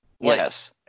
yes